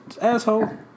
asshole